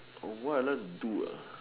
oh what I like to do ah